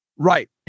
Right